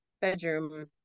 bedroom